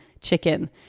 chicken